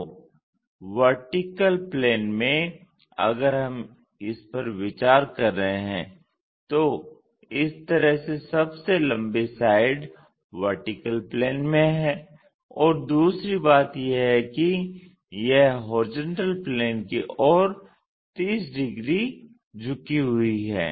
तो VP में अगर हम विचार कर रहे हैं अगर हम इस पर विचार कर रहे हैं तो इस तरह से सबसे लंबी साइड VP में है और दूसरी बात यह है कि यह HP की ओर 30 डिग्री झुकी हुई है